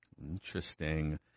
Interesting